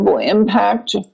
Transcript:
impact